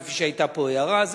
כפי ההערה שהיתה פה.